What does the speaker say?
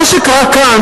מה שקרה כאן,